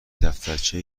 دفترچه